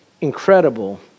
incredible